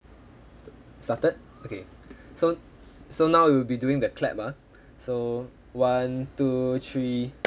st~ started okay so so now we will be doing the clap ah so one two three